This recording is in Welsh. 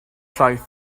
traeth